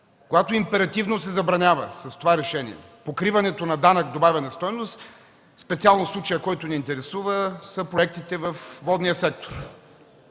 решение императивно се забранява покриването на данък добавена стойност. Специално случаят, който ни интересува, са проектите във водния сектор.